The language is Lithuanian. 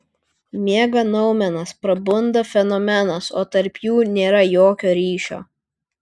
miega noumenas prabunda fenomenas o tarp jų nėra jokio ryšio